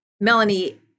Melanie